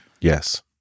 Yes